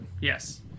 Yes